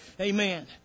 Amen